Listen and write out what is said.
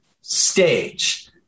stage